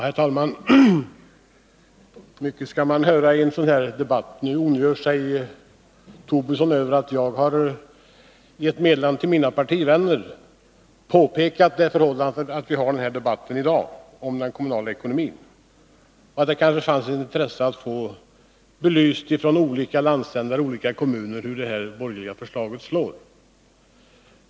Fru talman! Mycket skall man höra i en sådan här debatt. Nu ondgör sig Lars Tobisson över att jag i ett meddelande till mina partivänner påpekat det förhållandet att vi har debatten om den kommunala ekonomin i dag och att det kanske skulle finnas intresse att få belyst från olika delar av landet och olika kommuner hur det borgerliga förslaget slår.